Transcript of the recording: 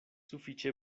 sufiĉe